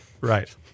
Right